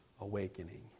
awakening